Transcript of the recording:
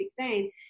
2016